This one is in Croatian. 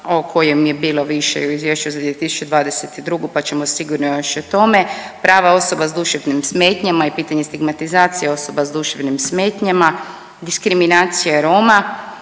o kojem je bilo više u Izvješću za 2022. pa ćemo sigurno još o tome. Prava osoba sa duševnim smetnjama i pitanje stigmatizacije osoba sa duševnim smetnjama, diskriminacija Roma.